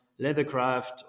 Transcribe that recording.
leathercraft